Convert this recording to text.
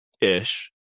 ish